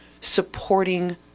supporting